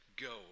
Go